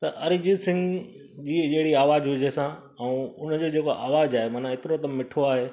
त अरिजीत सिंह जी जहिड़ी आवाजु जी वज़ह सां ऐं उनजे जेका आवाजु आहे मन एतिरो त मिठो आहे